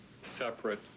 separate